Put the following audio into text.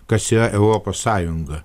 kas yra europos sąjunga